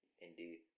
Indeed